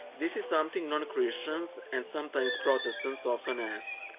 this is something non-christians and sometimes protestants often ask.